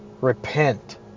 repent